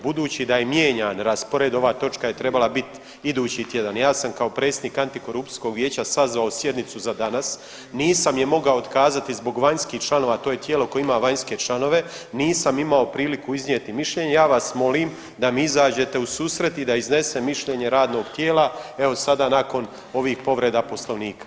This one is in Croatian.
Budući da je mijenjan raspored, ova točka je treba biti idući tjedan i ja sam kao predsjednik antikorupcijskog vijeća sazvao sjednicu za danas, nisam je mogao otkazati zbog vanjskih članova, to je tijelo koje ima vanjske članove, nisam imao priliku iznijeti mišljenje, ja vas molim da mi izađete u susret i da iznesem mišljenje radnog tijela evo sada nakon ovih povreda Poslovnika.